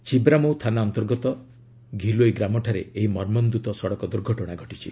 ଛିବ୍ରାମଉ ଥାନା ଅନ୍ତର୍ଗତ ଘିଲୋଇ ଗ୍ରାମଠାରେ ଏହି ମର୍ମନ୍ତୁଦ ସଡ଼କ ଦୂର୍ଘଟଣା ଘଟିଛି